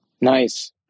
Nice